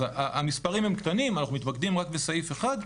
אז המספרים הם קטנים, אנחנו מתמקדים רק בסעיף אחד.